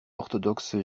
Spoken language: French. orthodoxe